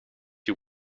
you